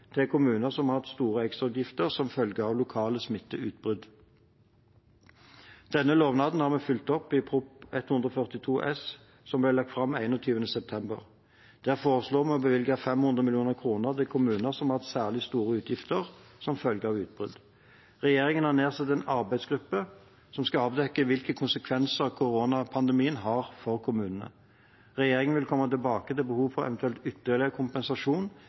til kommuner som har hatt store ekstrautgifter som følge av lokale smitteutbrudd. Denne lovnaden har vi fulgt opp i Prop. 142 S for 2019–2020, som ble lagt fram 21. september. Der foreslår vi å bevilge 500 mill. kr til kommuner som har hatt særlig store utgifter som følge av utbrudd. Regjeringen har nedsatt en arbeidsgruppe som skal avdekke hvilke konsekvenser koronapandemien har for kommunene. Regjeringen vil komme tilbake til behov for eventuell ytterligere kompensasjon